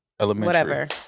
Elementary